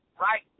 Right